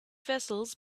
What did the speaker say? vessels